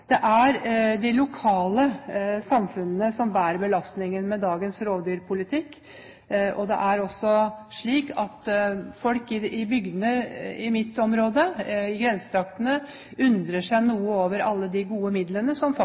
Det er de lokale samfunnene som bærer belastningen med dagens rovdyrpolitikk. Folk i bygdene i mitt område, i grensetraktene, undrer seg noe over alle de gode midlene som